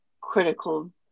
critical